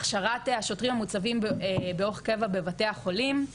הכשרת השוטרים המוצבים באורח קבע בבתי החולים.